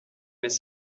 mais